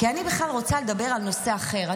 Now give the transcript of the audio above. כי אני בכלל רוצה לדבר על נושא אחר.